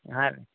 ಹಾಂ ರೀ